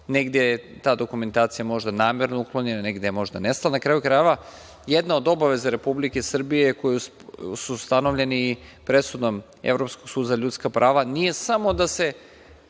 Negde je ta dokumentacija možda namerno uklonjena, negde je možda nestala. Na kraju krajeva jedna od obaveza Republike Srbije koje su ustanovljene presudom Evropskog suda za ljudska prava nije samo da se,